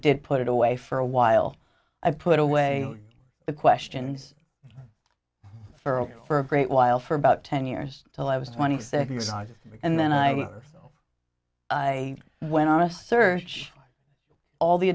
did put it away for a while i put away the questions for all for a great while for about ten years till i was twenty six exhausted and then i i went on a search all the